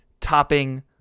topping